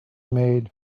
made